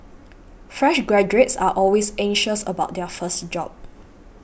fresh graduates are always anxious about their first job